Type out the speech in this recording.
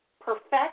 perfect